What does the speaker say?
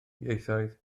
ieithoedd